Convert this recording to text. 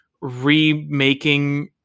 Remaking